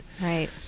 Right